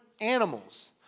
animals